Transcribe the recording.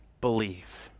believe